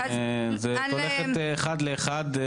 את אומרת אחד לאחד.